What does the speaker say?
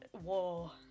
War